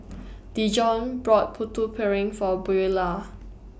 Dijon brought Putu Piring For Buelah